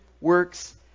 works